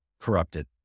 corrupted